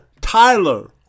Tyler